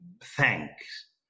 thanks